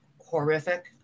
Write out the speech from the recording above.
horrific